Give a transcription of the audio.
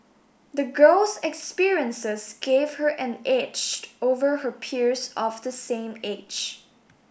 the girl's experiences gave her an edge over her peers of the same age